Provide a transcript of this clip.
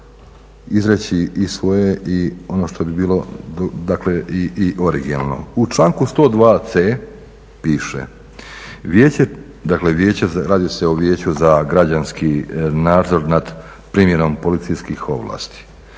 izreći i svoje i ono što bi bilo i originalno, u članku 102.c piše, dakle radi se o vijeću za građanski nadzor nad primjenom policijskih ovlasti,